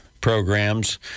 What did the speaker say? programs